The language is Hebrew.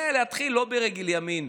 זה לא להתחיל ברגל ימין,